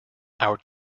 our